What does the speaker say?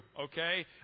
okay